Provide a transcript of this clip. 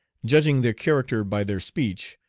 judging their character by their speech,